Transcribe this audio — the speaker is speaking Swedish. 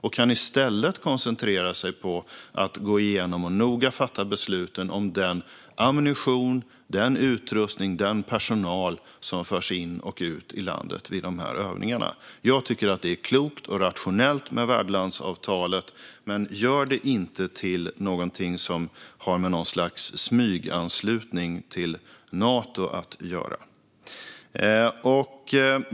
I stället kan man koncentrera sig på att gå igenom och noga fatta beslut om den ammunition, den utrustning och den personal som förs in i och ut ur landet vid dessa övningar. Jag tycker att det är klokt och rationellt med värdlandsavtalet. Men gör det inte till någonting som har med något slags smyganslutning till Nato att göra!